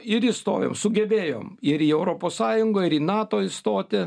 ir įstojom sugebėjom ir į europos sąjungą ir į nato įstoti